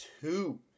two